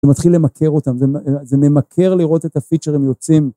זה מתחיל למכר אותם זה ממכר לראות את הפיצ'רים יוצאים.